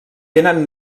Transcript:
tenen